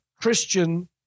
Christian